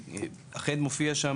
אכן מופיע שם,